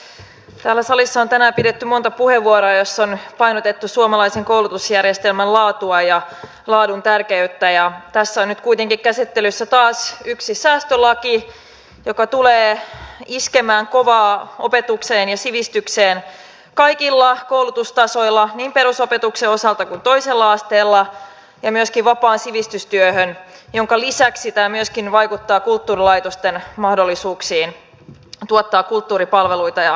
täällä salissa on tänään pidetty monta puheenvuoroa joissa on painotettu suomalaisen koulutusjärjestelmän laatua ja laadun tärkeyttä ja tässä on nyt kuitenkin käsittelyssä taas yksi säästölaki joka tulee iskemään kovaa opetukseen ja sivistykseen kaikilla koulutustasoilla niin perusopetuksen osalta kuin toisella asteella ja myöskin vapaaseen sivistystyöhön minkä lisäksi tämä myöskin vaikuttaa kulttuurilaitosten mahdollisuuksiin tuottaa kulttuuripalveluita ja kokemuksia